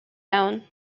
down